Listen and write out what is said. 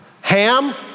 Ham